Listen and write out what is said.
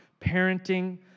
parenting